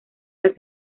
las